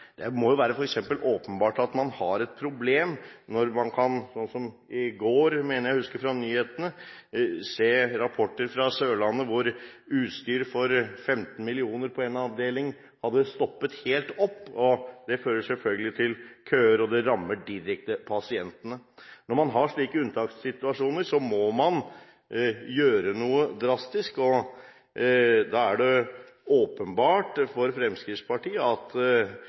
Det må være åpenbart at man har et problem når vi i går, mener jeg å huske, i nyhetene kunne se rapporter fra Sørlandet, at utstyr for 15 mill. kr på en avdeling hadde stoppet helt opp. Det fører selvfølgelig til køer, og det rammer pasientene direkte. Når man har slike unntakssituasjoner, må man gjøre noe drastisk. Da er det åpenbart for Fremskrittspartiet at